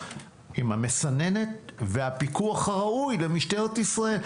עם המסננת והפיקוח הראוי למשטרת ישראל.